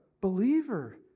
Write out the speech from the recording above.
believer